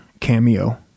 cameo